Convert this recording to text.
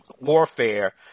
warfare